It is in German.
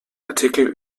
artikel